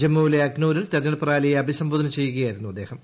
ജമ്മുവിലെ അഖ്നൂരിൽ തെരഞ്ഞെടുപ്പ് റാലിയെ അഭിസംബോധന ചെയ്യുകയായിരുന്നു അദ്ദേഹം